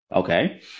Okay